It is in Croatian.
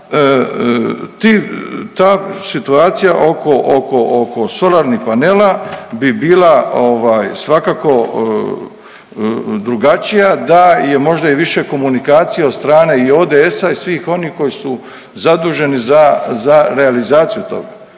ta situacija oko, oko, oko solarnih panela bi bila ovaj svakako drugačija da je možda i više komunikacije od strane i ODS-a i svih onih koji su zaduženi za, za realizaciju toga.